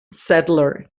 settler